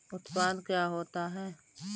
उत्पाद क्या होता है?